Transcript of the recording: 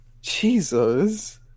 jesus